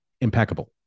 impeccable